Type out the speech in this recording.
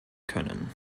können